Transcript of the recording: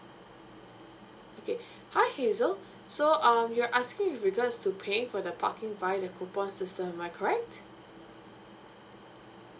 okay hi hazel so um you're asking with regards to paying for the parking via the coupon system am I correct